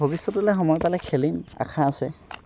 ভৱিষ্যতলৈ সময় পালে খেলিম আশা আছে